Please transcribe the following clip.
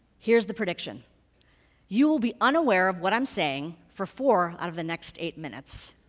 here's the prediction you will be unaware of what i'm saying for four out of the next eight minutes.